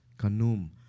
Kanum